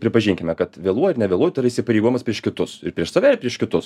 pripažinkime kad vėluoji ar nevėluoji tai yra įsipareigojimas prieš kitus ir prieš save ir prieš kitus